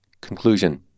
Conclusion